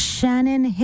Shannon